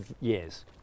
years